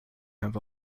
have